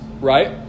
Right